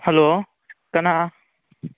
hello ꯀꯅꯥ